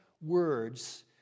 words